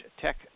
Tech